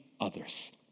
others